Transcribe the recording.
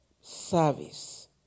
Service